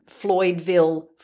Floydville